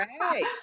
Right